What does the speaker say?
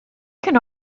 can